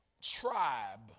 tribe